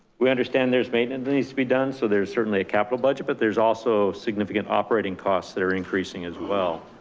we understand there's maintenance that needs to be done. so there's certainly a capital budget, but there's also significant operating costs that are increasing as well.